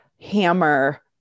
hammer